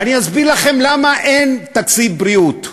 ואני אסביר לכם למה אין תקציב בריאות.